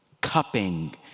cupping